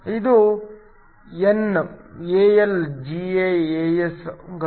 ಇದು N AlGaAs ಗಳು